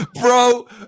bro